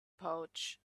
pouch